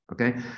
okay